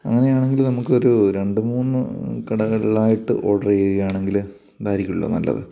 അങ്ങനെയാണെങ്കില് നമുക്കൊരു രണ്ട് മൂന്ന് കടകളിലായിട്ട് ഓർഡറെയ്യുകയാണെങ്കില് അതായിരിക്കുമല്ലോ നല്ലത്